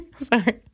Sorry